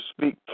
speak